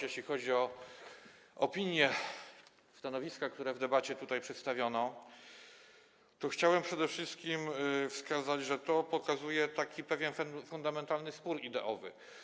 Jeśli chodzi o opinię, stanowiska, które tutaj w debacie przedstawiono, to chciałbym przede wszystkim wskazać, że to pokazuje pewien fundamentalny spór ideowy.